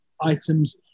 items